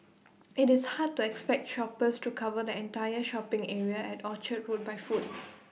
IT is hard to expect shoppers to cover the entire shopping area at Orchard road by foot